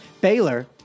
Baylor